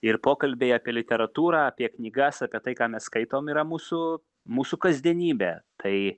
ir pokalbiai apie literatūrą apie knygas apie tai ką mes skaitom yra mūsų mūsų kasdienybė tai